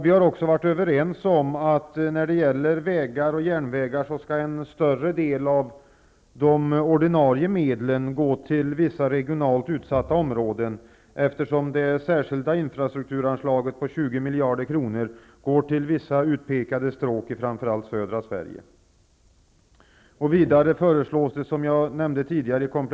Vi har också varit överens om att när det gäller vägar och järnvägar skall en större del av de ordinarie medlen gå till vissa regionalt utsatta områden, eftersom det särskilda infrastrukturanslaget på 20 miljarder kronor går till vissa utpekade stråk i framför allt södra Sverige.